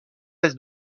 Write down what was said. est